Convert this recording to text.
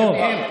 לא לא לא.